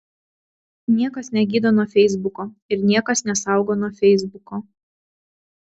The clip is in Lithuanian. niekas negydo nuo feisbuko ir niekas nesaugo nuo feisbuko